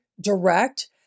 direct